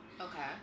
okay